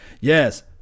yes